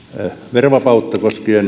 verovapautta